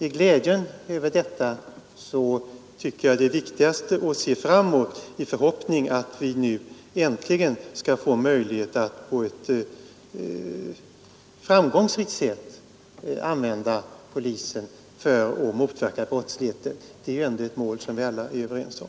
I glädjen över detta tycker jag det är viktigast att se framåt i förhoppningen att vi nu äntligen skall få möjlighet att på ett framgångsrikt sätt använda polisen för att motverka brottslighet. Det är ändå ett mål som vi alla är överens om.